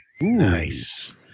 Nice